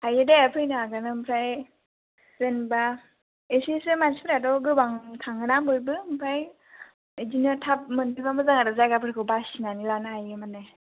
हायो दे फैनो हागोन आमफ्राय जेनबा एसेसो मानसिफ्राथ' गोबां थाङोना बयबो आमफ्राय बिदिनो थाब मोनहैबा मोजां आरो जायगाफोरखौ बासिनानै लानो हायो माने